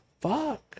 fuck